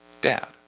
dad